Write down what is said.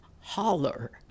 Holler